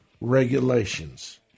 regulations